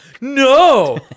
No